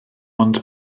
ond